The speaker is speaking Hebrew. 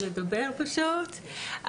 בבקשה.